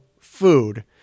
food